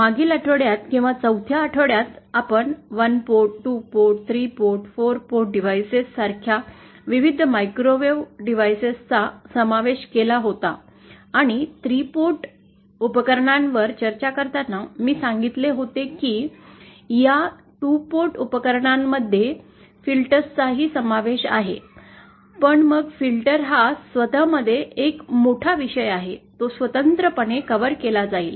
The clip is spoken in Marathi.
मागील आठवड्यात किंवा चौथ्या आठवड्यात आपण 1 पोर्ट 2 पोर्ट 3 पोर्ट आणि 4 पोर्ट डिव्हाइसेस सारख्या विविध मायक्रोवेव्ह उपकरणां डिव्हाइसेस devices चा समावेश केला होता आणि 3 पोर्ट उपकरणांवर चर्चा करताना मी सांगितले होते की या 2 पोर्ट उपकरणांमध्ये फिल्टर्सचाही समावेश आहे पण मग फिल्टर हा स्वतमध्ये एक मोठा विषय आहे तो स्वतंत्रपणे कव्हर केला जाईल